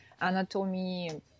anatomy